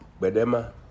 bedema